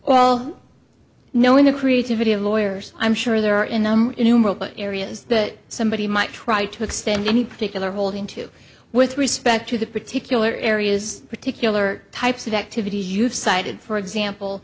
well knowing the creativity of lawyers i'm sure there are enough areas that somebody might try to extend any particular holding to with respect to the particular areas particular types of activity you've cited for example